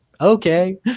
okay